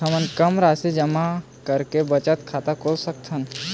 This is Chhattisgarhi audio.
हमन कम राशि जमा करके बचत खाता खोल सकथन?